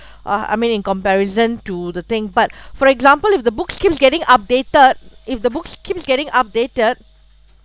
uh I mean in comparison to the thing but for example if the books keeps getting updated if the books keeps getting updated